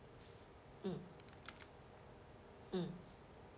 mm mm